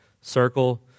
circle